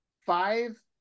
five